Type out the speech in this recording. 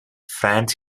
france